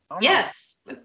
Yes